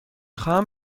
خواهم